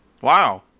Wow